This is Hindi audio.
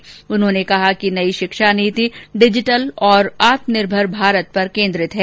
श्री मिश्र ने कहा कि नई शिक्षा नीति डिजिटल और आत्मनिर्भर भारत केन्द्रित है